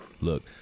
look